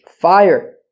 fire